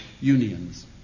unions